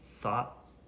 thought